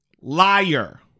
liar